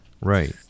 Right